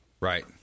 Right